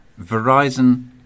Verizon